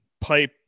pipe